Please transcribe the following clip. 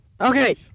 Okay